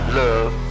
love